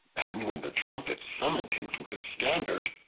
and when the trumpet summoned him to his standard,